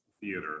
theater